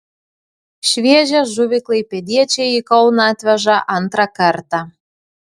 šviežią žuvį klaipėdiečiai į kauną atveža antrą kartą